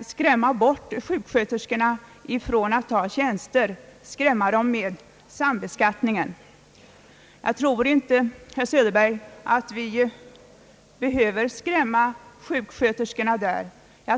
skrämmer bort sjuksköterskorna ifrån att ta tjänster med att tala om sambeskattningen. Jag tror inte, herr Söderberg, att vi behöver skrämma sjuksköterskorna härvidlag.